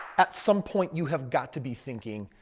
at some point you have got to be thinking,